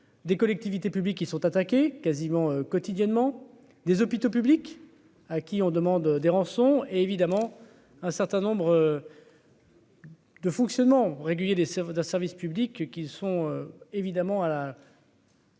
des collectivités publiques qui sont attaqués quasiment quotidiennement des hôpitaux publics à qui on demande des rançons et évidemment un certain nombre. Le fonctionnement régulier des service public qui sont évidemment à la.